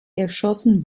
erschossen